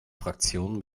fraktion